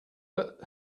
but